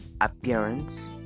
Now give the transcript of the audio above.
appearance